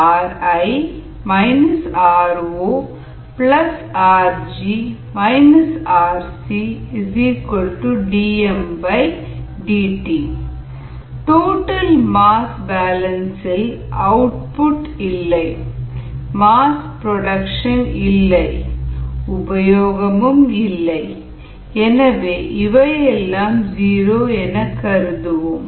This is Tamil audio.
ri ro rg rcdmdt total mass balance இல் அவுட்புட் இல்லை மாஸ் ப்ரொடக்ஷன் இல்லை உபயோகமும் இல்லை எனவே இவையெல்லாம் ஜீரோ என கருதுவோம்